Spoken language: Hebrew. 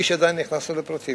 בלי שעדיין נכנסנו לפרטים,